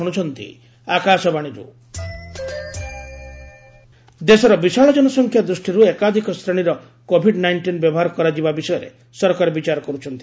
ଗମେଣ୍ଟ vaccine ଦେଶର ବିଶାଳ ଜନସଂଖ୍ୟା ଦୃଷ୍ଟିରୁ ଏକାଧିକ ଶ୍ରେଣୀର କୋଭିଡ ନାଇଷ୍ଟିନ ବ୍ୟବହାର କରାଯିବା ବିଷୟରେ ସରକାର ବିଚାର କରୁଛନ୍ତି